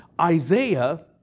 Isaiah